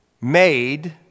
made